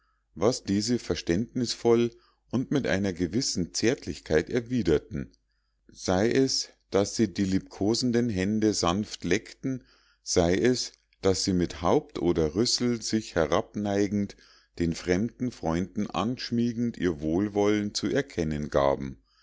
was diese verständnisvoll und mit einer gewissen zärtlichkeit erwiderten sei es daß sie die liebkosenden hände sanft leckten sei es daß sie mit haupt oder rüssel sich herabneigend den fremden freunden anschmiegend ihr wohlwollen zu erkennen gaben